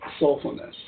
soulfulness